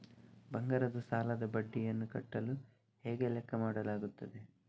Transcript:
ಬಂಗಾರದ ಸಾಲದ ಬಡ್ಡಿಯನ್ನು ಕಟ್ಟಲು ಹೇಗೆ ಲೆಕ್ಕ ಮಾಡಲಾಗುತ್ತದೆ?